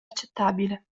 accettabile